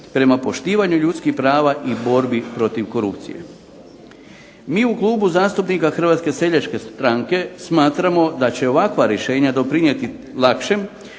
prema poštivanju ljudskih prava i borbi protiv korupcije. Mi u Klubu zastupnika Hrvatske seljačke stranke smatramo da će ovakva rješenje doprinijeti lakšem